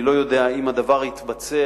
אני לא יודע אם הדבר יתבצע,